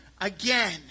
again